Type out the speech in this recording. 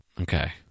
okay